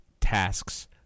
tasks